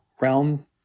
realm